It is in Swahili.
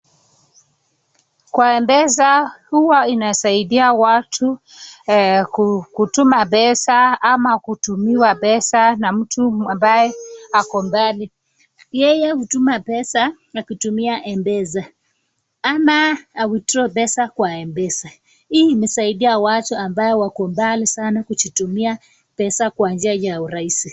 Kwa mpesa huwa inasaidia watu kutuma pesa ama kutumiwa pesa na mtu ambaye ako mbali, yeye hutuma pesa na kutumia mpesa ama awithraw pesa kwa mpesa, hii imesaidia watu ambao wako mbali sana kujitumia pesa kwa njia ya uraisi.